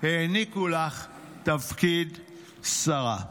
העניקו לך תפקיד שרה.